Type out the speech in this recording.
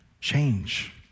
Change